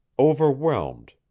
Overwhelmed